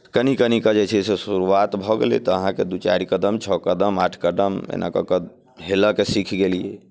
कनि कनिके जे छै से शुरूआत भऽ गेलै तऽ अहाँके दू चारि कदम छओ कदम आठ कदम एना कऽ कऽ हेलयके सीख गेलियै